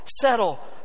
settle